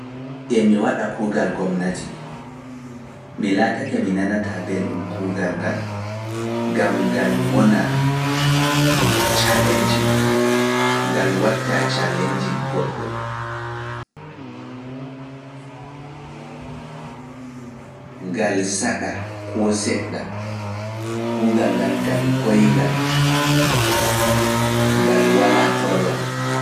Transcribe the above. Emi waɗa kuugal gomnati, mi laatake mi nanataa belɗum kuugal ngal, gam ngal wona challenging, ngal wattaa challenginge goɗɗo. Ngal saɗa koo seɗɗa, kuugal ngal ngal koyngal, ngal walaa torra.